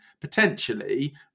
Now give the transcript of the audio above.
potentially